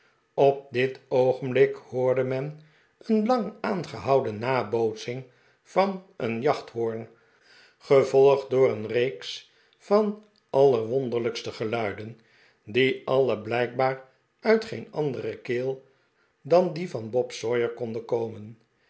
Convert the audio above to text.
op dit oogenblik hoorde men een lang aangehouden nabootsing van een jachthoorn gevolgd door een reeks van allerwonderlijkste geluidcn die alle blijkbaar uit geen andere keel dan die van bob sawyer konden komen